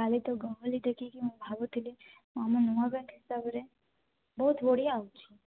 କାଲି ତ ଗହଳି ଦେଖି କି ଭାବୁ ଥିଲି ଆମେ ନୂଆ ବ୍ୟାଙ୍କ୍ ହିସାବରେ ବହୁତ ବଢ଼ିଆ ହେଉଛି